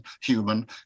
human